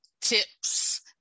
tips